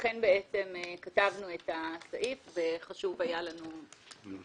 לכן בעצם כתבנו את הסעיף וחשוב היה לנו להוסיף.